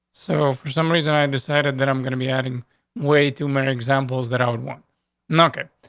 so for some reason, i decided that i'm gonna be adding way too many examples that i would want knock it.